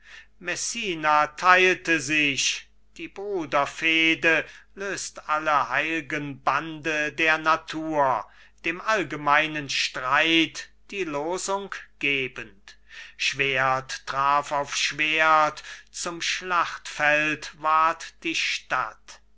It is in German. theilte sich die bruderfehde löst alle heil'gen bande der natur dem allgemeinen streit die losung gebend schwert traf auf schwert zum schlachtfeld ward die stadt